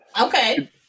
Okay